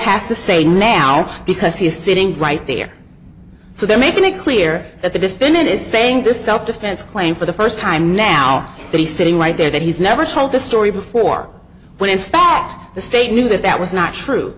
has to say now because he's sitting right there so they're making it clear that the defendant is saying this self defense claim for the first time now that he's sitting right there that he's never told this story before when in fact the state knew that that was not true